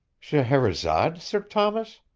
scheherazade, sir thomas?